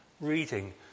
reading